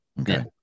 Okay